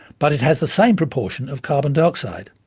but it has the same proportion of carbon dioxide.